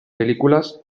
películas